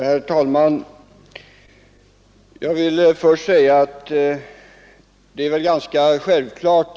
Herr talman!